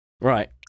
Right